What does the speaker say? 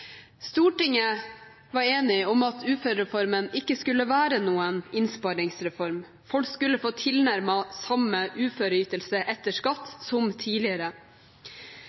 Stortinget var enig om at uførereformen ikke skulle være noen innsparingsreform, folk skulle få tilnærmet samme uføreytelse etter skatt som tidligere.